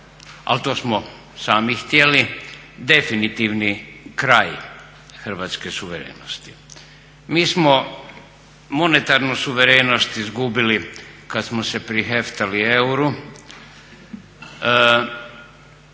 ali to smo sami htjeli, definitivni kraj hrvatske suverenosti. Mi smo monetarnu suverenost izgubili kada smo se priheftali euru,